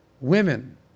women